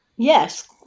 Yes